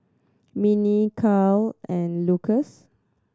Minnie Carlyle and Lukas